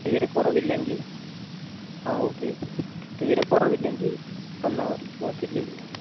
തീരെ കുറവില്ലെങ്കിൽ ആ ഓക്കെ തീരെ കുറവില്ലെങ്കിൽ വന്നാൽ മതി ഹോസ്പിറ്റലിലേക്ക്